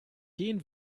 gehen